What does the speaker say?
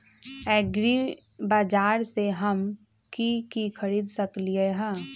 एग्रीबाजार से हम की की खरीद सकलियै ह?